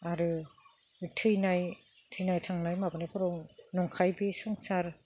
आरो थैनाय थांनाय माबानायफोराव नंखाय बे संसार